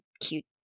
cute